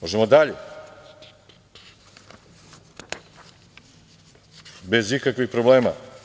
Možemo dalje bez ikakvih problema.